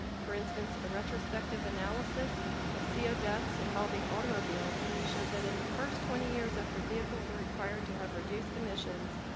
for instance, a retrospective analysis of co ah deaths involving automobiles showed that in the first twenty years after vehicles were required to have reduced emissions,